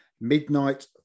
midnight